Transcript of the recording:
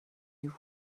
you